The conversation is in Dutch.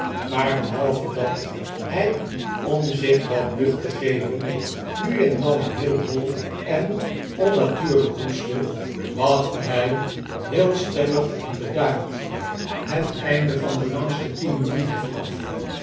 maar behalve dat hij om zich wat lucht te geven nu en dan heel hoi en onnatuurlijk hoestte wachtte hij heel stemmig en bedaard het einde van de jangste tien minuten af